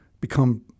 become